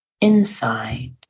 inside